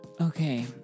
Okay